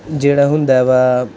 ਜਿਹੜਾ ਹੁੰਦਾ ਵਾ